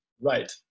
right